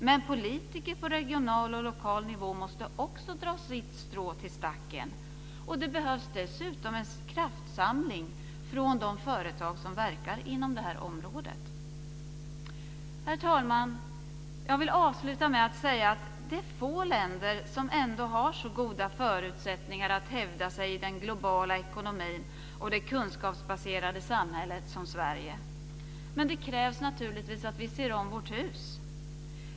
Men politiker på regional och lokal nivå måste också dra sitt strå till stacken. Det behövs dessutom en kraftsamling från de företag som verkar inom det här området. Herr talman! Jag vill avsluta med att säga att det är få länder som ändå har så goda förutsättningar att hävda sig i den globala ekonomin och det kunskapsbaserade samhället som Sverige. Men det krävs naturligtvis att vi ser om vårt hus.